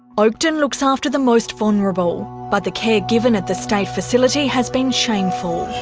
oakden looks after the most vulnerable, but the care given at the state facility has been shameful.